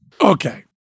Okay